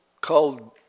called